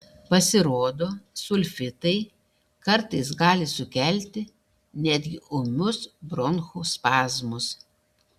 pasirodo sulfitai kartais gali sukelti netgi ūmius bronchų spazmus